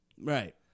Right